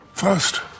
First